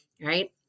right